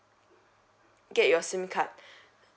get your sim card